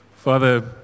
Father